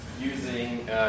using